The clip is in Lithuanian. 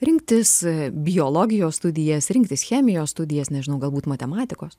rinktis biologijos studijas rinktis chemijos studijas nežinau galbūt matematikos